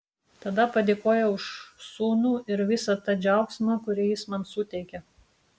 tada padėkojau už sūnų ir visą tą džiaugsmą kurį jis man suteikia